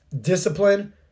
discipline